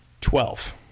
Twelve